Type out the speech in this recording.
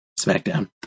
SmackDown